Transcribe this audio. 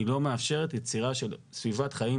היא לא מאפשרת יצירה של סביבת חיים